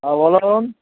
হ্যাঁ বলুন